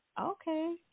Okay